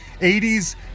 80s